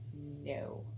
No